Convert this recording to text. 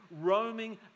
roaming